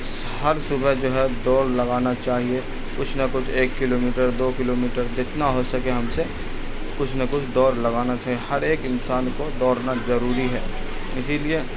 ہر صبح جو ہے دوڑ لگانا چاہیے کچھ نہ کچھ ایک کلو میٹر دو کلو میٹر جتنا ہو سکے ہم سے کچھ نہ کچھ دوڑ لگانا چاہیے ہر ایک انسان کو دوڑنا ضروری ہے اسی لیے